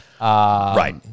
Right